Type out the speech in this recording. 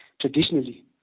traditionally